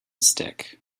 stick